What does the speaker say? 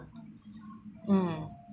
mm